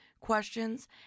questions